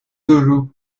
guru